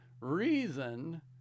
reason